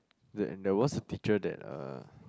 see and there was a teacher that uh